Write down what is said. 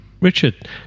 Richard